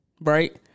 right